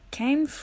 came